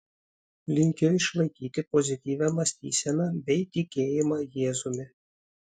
linkiu išlaikyti pozityvią mąstyseną bei tikėjimą jėzumi